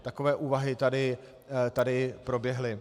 Takové úvahy tady proběhly.